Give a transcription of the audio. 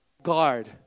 guard